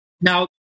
Now